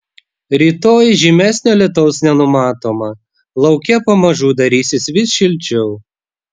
rytoj žymesnio lietaus nenumatoma lauke pamažu darysis vis šilčiau